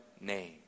name